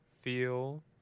feel